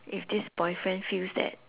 if this boyfriend feels that